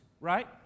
right